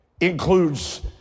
includes